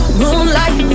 moonlight